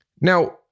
Now